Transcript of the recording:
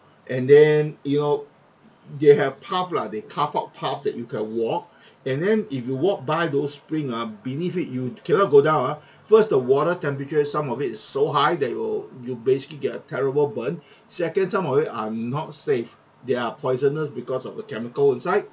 and then you're they have path lah they carve out path that you can walk and then if you walk by those spring uh beneath it you cannot go down uh first the water temperature some of it is so high that you'll you basically get a terrible burn second some of it are not safe they are poisonous because of the chemical inside